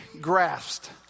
grasped